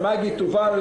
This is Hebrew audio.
ומגי טובל,